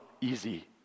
easy